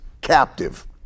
captive